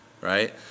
right